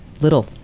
Little